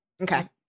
Okay